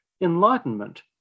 Enlightenment